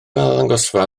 arddangosfa